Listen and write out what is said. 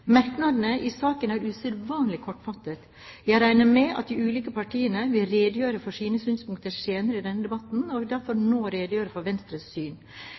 Merknadene i saken er usedvanlig kortfattede. Jeg regner med at de ulike partiene vil redegjøre for sine synspunkter senere i denne debatten, og jeg vil derfor nå redegjøre for Venstres syn.